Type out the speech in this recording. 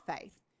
faith